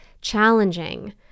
challenging